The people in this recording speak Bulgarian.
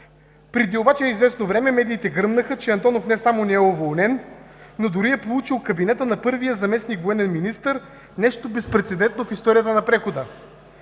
Преди известно време обаче медиите гръмнаха, че Антонов не само не е уволнен, но дори е получил кабинета на първия заместник-военен министър – нещо безпрецедентно в историята на прехода.